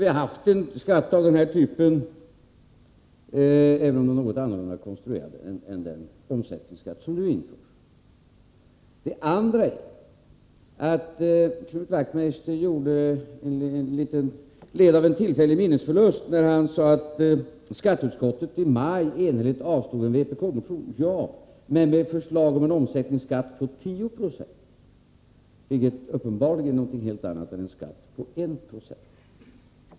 Vi har alltså haft en skatt av den här typen, även om den var något annorlunda konstruerad än den omsättningsskatt som nu införs. För det andra måste Knut Wachtmeister tillfälligt ha lidit av minnesförlust när han sade att skatteutskottet i maj enhälligt avstyrkte en vpk-motion i denna fråga. Ja, men skatteutskottet gjorde detta ställningstagande samtidigt som man föreslog en omsättningsskatt på 10926 — vilket uppenbarligen är någonting annat än en skatt på 196.